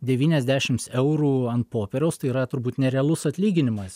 devyniasdešimt eurų ant popieriaus tai yra turbūt nerealus atlyginimas